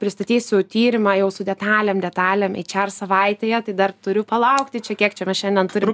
pristatysiu tyrimą jau su detalėm detalėm ei čar savaitėje tai dar turiu palaukti čia kiek čia mes šiandien turim